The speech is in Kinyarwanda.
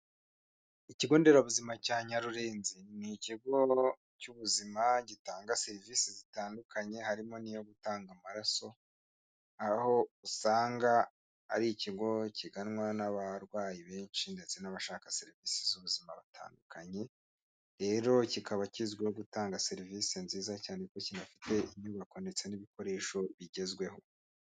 Ikigonderabuzima cya nyarurenzi ni ikigo cy'ubuzima gitanga serivisi zitandukanye harimo n'iyo gutanga amaraso aho usanga ari ikigo kiganwa n'abarwayi benshi ndetse n'abashaka serivisi z'ubuzima batandukanye rero kikaba kizwiho gutanga serivisi nziza cyane kuko kinafite inyubako ndetse n'ibikoresho bigezweho.